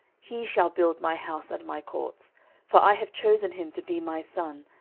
he shall build my house and my courts for i have chosen him to be my son,